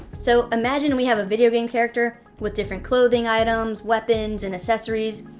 so imagine we have a video game character with different clothing items, weapons, and accessories,